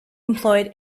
employed